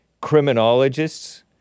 criminologists